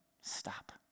Stop